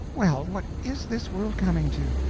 well, what is this world coming to?